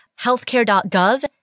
Healthcare.gov